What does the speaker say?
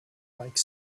like